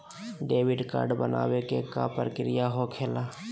Debit card बनवाने के का प्रक्रिया होखेला?